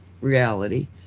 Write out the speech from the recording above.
reality